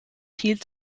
hielt